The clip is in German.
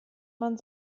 man